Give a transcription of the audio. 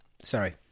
Sorry